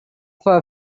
for